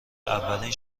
اولین